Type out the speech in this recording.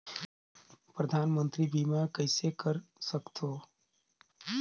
परधानमंतरी बीमा कइसे कर सकथव?